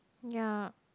ya